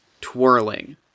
twirling